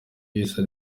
wiyise